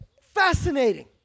Fascinating